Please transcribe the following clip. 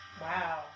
Wow